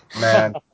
Man